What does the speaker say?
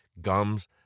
gums